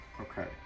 Okay